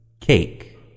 Cake